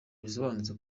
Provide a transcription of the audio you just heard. bisobanutse